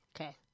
Okay